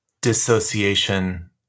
dissociation